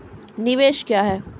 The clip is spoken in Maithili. निवेश क्या है?